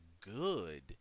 good